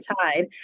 tide